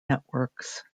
networks